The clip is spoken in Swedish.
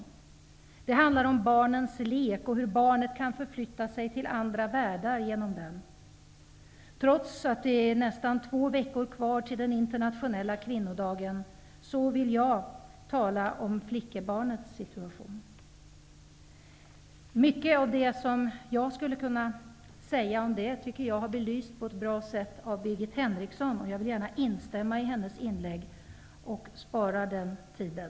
Sången handlar om barnens lek och om hur de kan förflytta sig till andra världar genom den. Trots att det är nästan två veckor kvar till den internationella kvinnodagen, vill jag tala om flickebarnets situation. Mycket av det som jag skulle kunna säga om flickebarnets situation har på ett bra sätt beskrivits av Birgit Henriksson. Jag vill spara på tiden genom att instämma i hennes anförande.